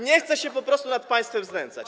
Nie chcę się po prostu nad państwem znęcać.